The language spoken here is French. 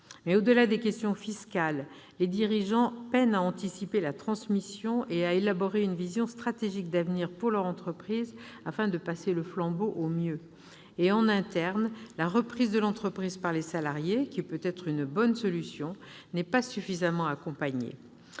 Au-delà des questions fiscales, les dirigeants peinent à anticiper la transmission et à élaborer une vision stratégique d'avenir pour leur entreprise, afin de passer le flambeau au mieux. En interne, la reprise de l'entreprise par les salariés, qui peut être une bonne solution, n'est pas suffisamment accompagnée.